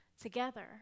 together